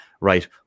right